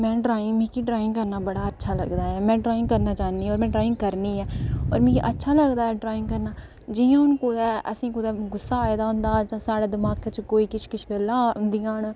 मिगी ड्राइंग मिगी ड्राइंग करना बड़ा अच्छा लगदा ऐ में ड्राइंग करना चाह्न्नी आं में ड्राइंग करनी ऐ और मिगी अच्छा लगदा ऐ ड्राइंग करना जि'यां हून कुतै असें गी कुतै गुस्सा आए दा होंदा जां साढ़े दमाकै च कोई किश किश गल्लां होंदियां न